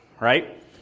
right